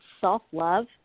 self-love